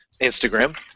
Instagram